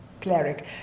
cleric